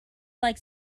like